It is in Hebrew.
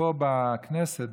שפה בכנסת,